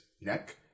neck